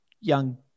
young